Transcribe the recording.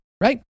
right